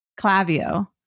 clavio